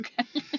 Okay